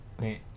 Wait